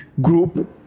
group